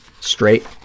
straight